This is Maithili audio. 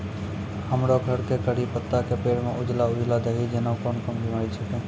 हमरो घर के कढ़ी पत्ता के पेड़ म उजला उजला दही जेना कोन बिमारी छेकै?